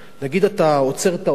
נגיד אתה עוצר את האוטו,